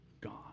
God